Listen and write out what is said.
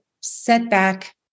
setback